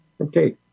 Okay